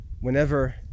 whenever